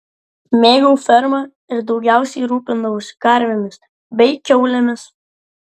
mėgau fermą ir daugiausiai rūpindavausi karvėmis bei kiaulėmis